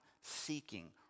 seeking